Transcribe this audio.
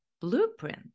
blueprint